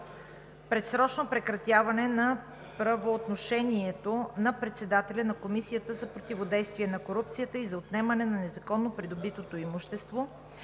Предсрочно прекратяване на правоотношението на председателя на Комисията за противодействие на корупцията и за отнемане на незаконно придобитото имущество.